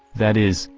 that is,